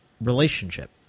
relationship